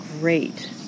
great